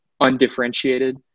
undifferentiated